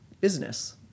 business